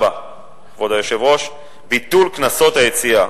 4. ביטול קנסות היציאה,